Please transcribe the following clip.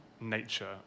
nature